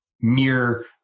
mere